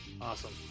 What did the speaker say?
awesome